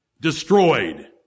destroyed